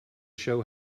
show